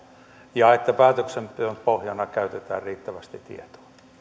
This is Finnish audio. ja että päätöksenteon pohjana käytetään riittävästi tietoa